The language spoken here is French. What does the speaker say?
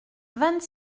vingt